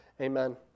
Amen